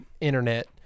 internet